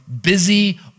busy